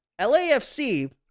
LAFC